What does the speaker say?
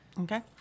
Okay